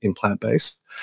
plant-based